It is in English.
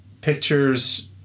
pictures